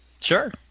sure